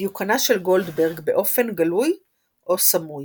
דיוקנה של גולדברג באופן גלוי או סמוי.